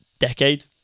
decade